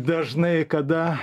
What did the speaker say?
dažnai kada